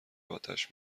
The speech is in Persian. اتش